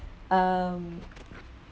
um